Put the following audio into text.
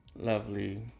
lovely